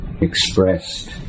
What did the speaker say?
expressed